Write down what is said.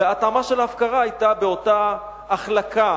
וההטעמה של ההפקרה היתה באותה החלקה,